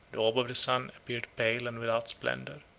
the orb of the sun appeared pale and without splendor.